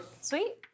Sweet